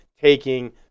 taking